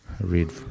read